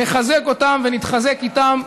נחזק אותם ונתחזק איתם.